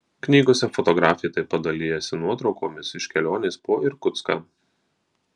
knygose fotografė taip pat dalijasi nuotraukomis iš kelionės po irkutską